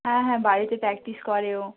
হ্যাঁ হ্যাঁ বাড়িতে প্র্যাকটিস করে ও